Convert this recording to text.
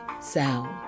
sound